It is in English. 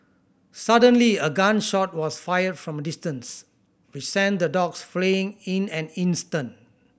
suddenly a gun shot was fired from a distance which sent the dogs fleeing in an instant